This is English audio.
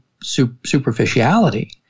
superficiality